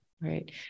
Right